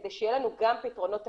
כדי שיהיו לנו גם פתרונות טכנולוגיים.